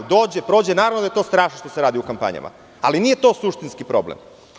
Dođe, prođe, naravno da je strašno to što se radi u kampanjama, ali nije to suštinski problem.